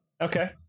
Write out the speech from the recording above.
okay